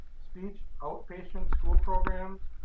speech, outpatient school program,